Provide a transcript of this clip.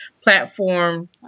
platform